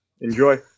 Enjoy